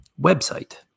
website